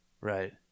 Right